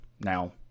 Now